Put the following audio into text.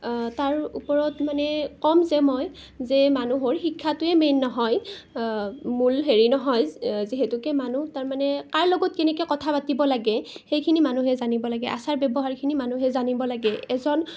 তাৰ ওপৰত মানে ক'ম যে মই যে মানুহৰ শিক্ষাটোৱে মেইন নহয় মূল হেৰি নহয় যি যিহেতুকে মানুহ তাৰমানে কাৰ লগত কেনেকৈ কথা পাতিব লাগে সেইখিনি মানুহে জানিব লাগে আচাৰ ব্যৱহাৰখিনি মানুহে জানিব লাগে এজন